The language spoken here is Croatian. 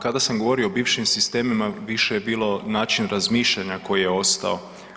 Kada sam govorio o bivšim sistemima više je bilo način razmišljanja koji je ostao.